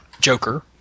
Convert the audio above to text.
Joker